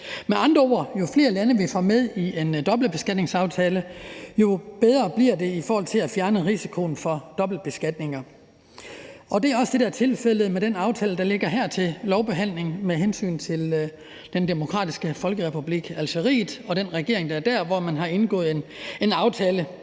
med andre ord får med i en dobbeltbeskatningsaftale, jo bedre bliver det i forhold til at fjerne risikoen for dobbeltbeskatning. Det er også det, der er tilfældet med den aftale, der ligger her til lovbehandling, med Den Demokratiske Folkerepublik Algeriet og den regering, der er der, hvor man har indgået en aftale